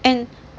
and